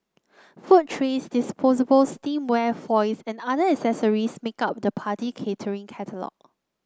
food trays disposable stemware foils and other accessories make up the party catering catalogue